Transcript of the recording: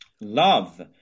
love